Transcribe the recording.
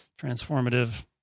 transformative